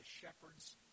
shepherds